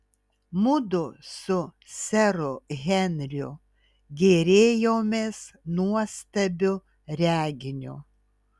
mudu su seru henriu gėrėjomės nuostabiu reginiu